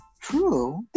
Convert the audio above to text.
true